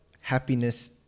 happiness